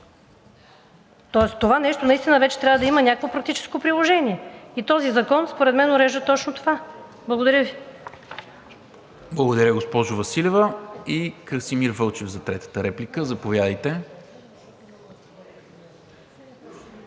това нещо наистина вече трябва да има някакво практическо приложение. Този закон според мен урежда точно това. Благодаря Ви. ПРЕДСЕДАТЕЛ НИКОЛА МИНЧЕВ: Благодаря, госпожо Василева. Красимир Вълчев за третата реплика – заповядайте.